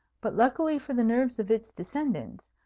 but, luckily for the nerves of its descendant,